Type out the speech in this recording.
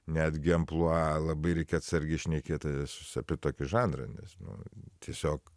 netgi amplua labai reikia atsargiai šnekėtis apie tokį žanrą nes nu tiesiog